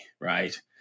right